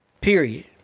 Period